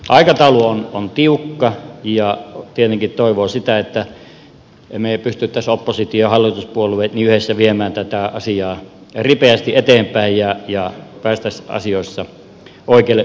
aikataulu on tiukka ja tietenkin toivoo sitä että me pystyisimme oppositio ja hallituspuolueet yhdessä viemään tätä asiaa ripeästi eteenpäin ja päästäisiin asioissa oikeille urille